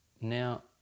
Now